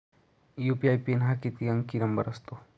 UPI PIN हा किती अंकी नंबर असतो?